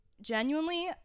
Genuinely